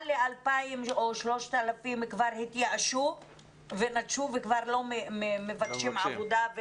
כ-3,000 כבר התייאשו ונטשו וכבר לא מבקשים עבודה,